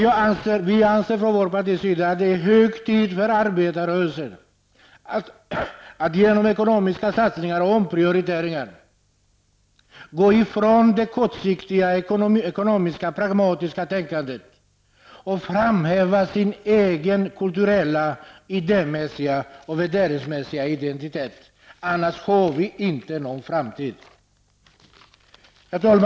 Vi anser i vårt parti att det är hög tid för arbetarrörelsen att genom ekonomiska satsningar och omprioriteringar gå ifrån det kortsiktiga, ekonomiska och pragmatiska tänkandet och framhäva sin egen kulturella, idémässiga och värderingsmässiga identitet, annars har vi inte någon framtid. Herr talman!